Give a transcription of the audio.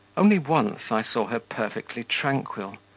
only once i saw her perfectly tranquil,